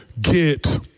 Get